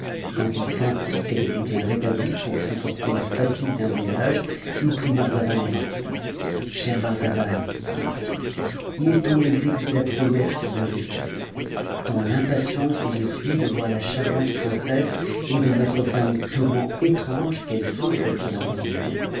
quand il sentit qu'elle était bien ré'amie pour supporter la fatigue d'un voyage il prit marzavan en particulier cher marzavan lui dit-il il est temps d'exécuter la promesse que vous m'avez faite dans l'impatience où je suis de voir la charmante princesse et de mettre fin aux tourments étranges qu'elle souffre pour l'amour e moi